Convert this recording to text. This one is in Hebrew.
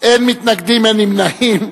אין מתנגדים, אין נמנעים.